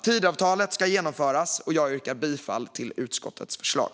Tidöavtalet ska genomföras, och jag yrkar bifall till utskottets förslag.